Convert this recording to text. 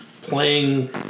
playing